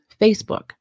Facebook